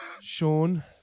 Sean